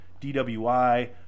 DWI